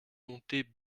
monter